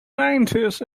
nineties